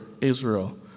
Israel